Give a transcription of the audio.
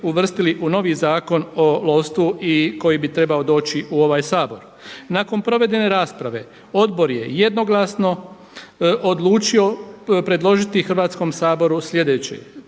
uvrstili u novi Zakon o lovstvu koji bi trebao doći u ovaj Sabor. Nakon provedene rasprava odbor je jednoglasno odlučio predložiti Hrvatskom saboru sljedeći